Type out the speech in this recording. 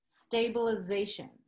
stabilization